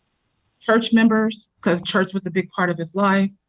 church members because church was a big part of his life.